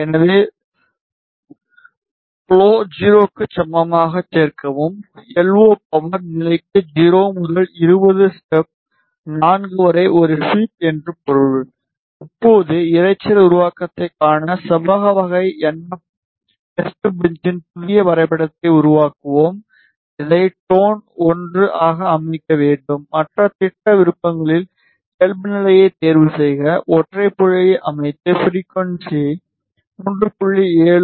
எனவே ப்ளோஐ 0 க்கு சமமாகச் சேர்க்கவும் எல் ஓ பவர் நிலைக்கு 0 முதல் 20 ஸ்டெப் 4 வரை ஒரு ஸ்வீப் என்று பொருள் இப்போது இரைச்சல் உருவத்தைக் காண செவ்வக வகை என்எப் டெஸ்ட்பெஞ்சின் புதிய வரைபடத்தை உருவாக்குவோம் இதை டோன் 1 ஆக அமைக்க வேண்டும் மற்றும் திட்ட விருப்பங்களில் இயல்புநிலையைத் தேர்வுசெய்து ஒற்றை புள்ளியை அமைத்து ஃப்ரிகுவன்ஸியை 3